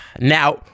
Now